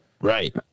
Right